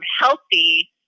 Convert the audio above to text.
healthy